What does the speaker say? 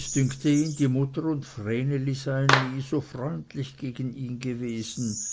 es dünkte ihn die mutter und vreneli seien nie so freundlich gegen ihn gewesen